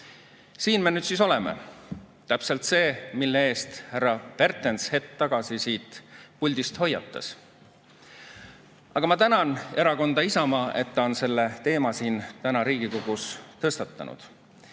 Siin me nüüd oleme: täpselt see, mille eest härra Pertens hetk tagasi siit puldist hoiatas. Aga ma tänan erakonda Isamaa, et ta on selle teema siin Riigikogus tõstatanud.